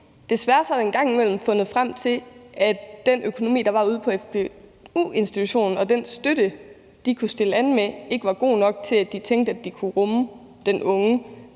desværre en gang imellem fundet frem til, at den økonomi, der var ude på fgu-institutionen, og den støtte, de kunne stille an med, ikke var god nok til, at de tænkte, at de kunne rumme den unge,